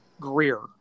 Greer